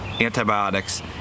antibiotics